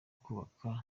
kwubaka